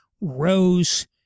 rose